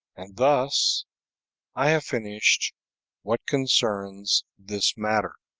and thus i have finished what concerns this matter.